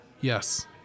Yes